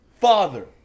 father